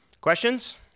Questions